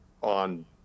on